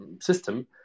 system